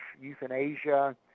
euthanasia